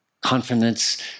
Confidence